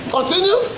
Continue